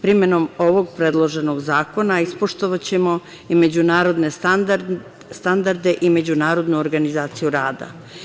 Primenom ovog predloženog zakona ispoštovaćemo i međunarodne standarde i međunarodnu organizaciju rada.